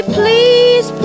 please